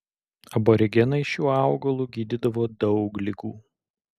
aborigenai šiuo augalu gydydavo daug ligų